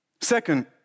Second